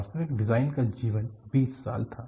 वास्तविक डिजाइन का जीवन 20 साल था